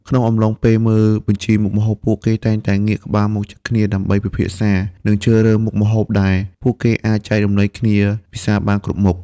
ក្នុងអំឡុងពេលមើលបញ្ជីមុខម្ហូប ពួកគេតែងតែងាកក្បាលមកជិតគ្នា ដើម្បីពិភាក្សា និងជ្រើសរើសមុខម្ហូបដែលពួកគេអាចចែករំលែកគ្នាពិសារបានគ្រប់មុខ។